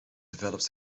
develops